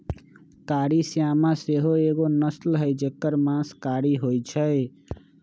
कारी श्यामा सेहो एगो नस्ल हई जेकर मास कारी होइ छइ